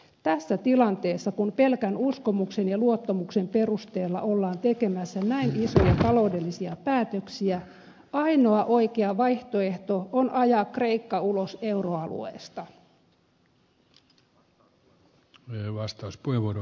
tässä tilanteessa kun pelkän uskomuksen ja luottamuksen perusteella ollaan tekemässä näin isoja taloudellisia päätöksiä ainoa oikea vaihtoehto on ajaa kreikka ulos euroalueesta